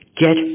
get